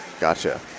Gotcha